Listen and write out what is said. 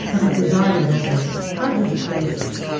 having presided over hundreds of cases,